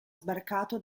sbarcato